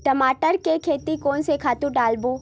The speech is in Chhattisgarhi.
टमाटर के खेती कोन से खातु डारबो?